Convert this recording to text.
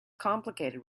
complicated